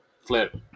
flip